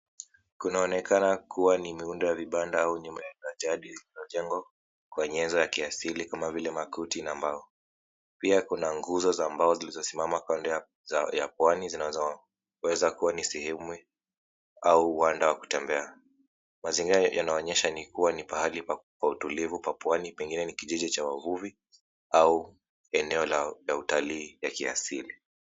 Kunaonekana kuwa ni miundo ya vibanda au nyumba za jadi zilizojengwa kwa nyezo ya kiasili kama vile makuti na mbao. Pia kuna nguzo za mbao zilizosimama kando ya pwani zinazoweza kuwa ni sehemu au uwanda wa kutembea. Mazingira yanaonyesha kua ni pahali pa utulivu pa pwani, pengine ni kijiji cha wavuvi au eneo la utalii lakiasili.